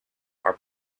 are